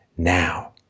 now